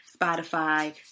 Spotify